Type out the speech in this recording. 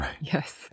yes